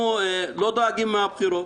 אנחנו לא דואגים מהבחירות.